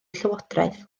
llywodraeth